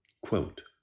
quote